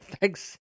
Thanks